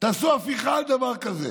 תעשו הפיכה על דבר כזה.